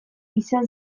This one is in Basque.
izan